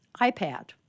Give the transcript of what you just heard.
iPad